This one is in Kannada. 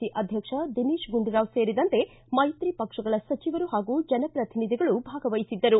ಸಿ ಅಧ್ಯಕ್ಷ ದಿನೇಶ ಗುಂಡೂರಾವ್ ಸೇರಿದಂತೆ ಮೈತ್ರಿ ಪಕ್ಷಗಳ ಸಚಿವರು ಹಾಗೂ ಜನ ಪ್ರತಿನಿಧಿಗಳು ಭಾಗವಹಿಸಿದ್ದರು